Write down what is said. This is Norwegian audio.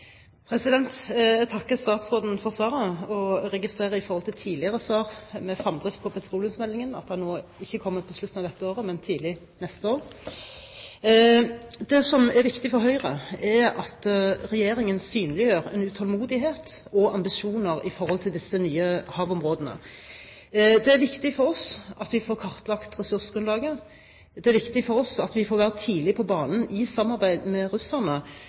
Jeg takker statsråden for svaret, og jeg registrerer i forhold til tidligere svar angående fremdriften på petroleumsmeldingen at den ikke kommer på slutten av dette året, men tidlig neste år. Det som er viktig for Høyre, er at Regjeringen synliggjør en utålmodighet og ambisjoner når det gjelder disse nye havområdene. Det er viktig for oss at vi får kartlagt ressursgrunnlaget. Det er viktig for oss at vi får vært tidlig på banen i samarbeid med